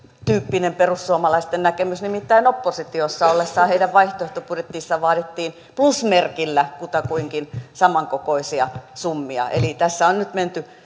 erityyppinen perussuomalaisten näkemys nimittäin oppositiossa ollessaan heidän vaihtoehtobudjettiinsa vaadittiin plus merkillä kutakuinkin samankokoisia summia eli tässä on nyt menty